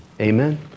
Amen